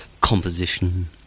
composition